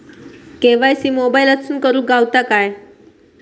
KYC मोबाईलातसून करुक गावता काय?